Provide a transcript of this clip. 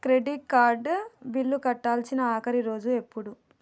credit card bill కట్టాల్సిన ఆఖరి రోజు ఎప్పుడు